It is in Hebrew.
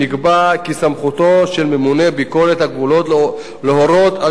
נקבע כי סמכותו של ממונה ביקורת הגבולות להורות על